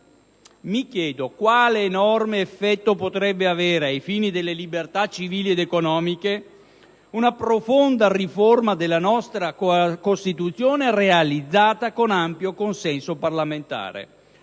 Mi chiedo quale enorme effetto potrebbe avere, ai fini delle libertà civili ed economiche, una riforma profonda della nostra Costituzione realizzata con ampio consenso parlamentare;